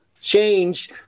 Change